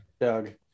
Doug